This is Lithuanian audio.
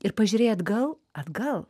ir pažiūrėję atgal atgal